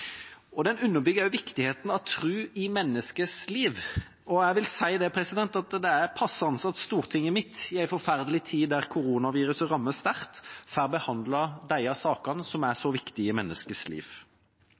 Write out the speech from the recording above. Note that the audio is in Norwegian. og livssynssamfunn som vi har i Norge. Den underbygger også viktigheten av tro i menneskets liv, og jeg vil si at det er passende at Stortinget midt i en forferdelig tid der koronaviruset rammer sterkt, får behandlet disse sakene som er